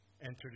entered